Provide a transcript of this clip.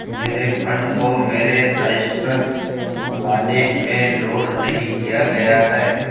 मेरे फंड को मेरे साइस्ट्रस वॉलेट में लोड नहीं किया गया है